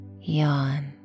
yawn